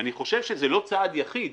אני חושב שזה לא צעד יחיד,